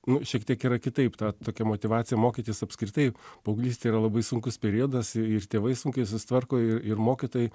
nu šiek tiek yra kitaip ta tokia motyvacija mokytis apskritai paauglystė yra labai sunkus periodas ir tėvai sunkiai susitvarko ir mokytojai